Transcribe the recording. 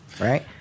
Right